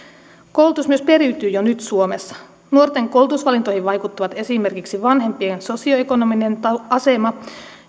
koulutus myös periytyy jo nyt suomessa nuorten koulutusvalintoihin vaikuttavat esimerkiksi vanhempien sosioekonominen asema